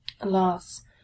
Alas